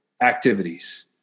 activities